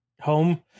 home